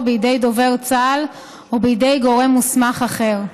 בידי דובר צה"ל או בידי גורם מוסמך אחר.